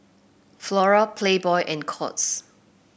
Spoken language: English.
Flora Playboy and Courts